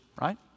Right